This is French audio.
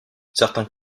certains